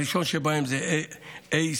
הראשון שבהם זה ACDI,